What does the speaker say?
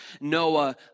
Noah